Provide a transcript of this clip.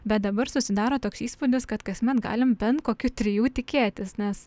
bet dabar susidaro toks įspūdis kad kasmet galim bent kokių trijų tikėtis nes